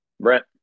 Brent